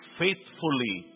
faithfully